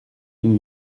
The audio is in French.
nous